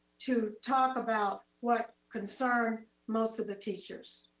to talk about what concerns most of the teachers.